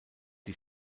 die